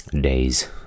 days